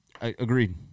agreed